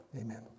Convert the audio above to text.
Amen